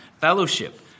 fellowship